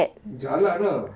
jalan ah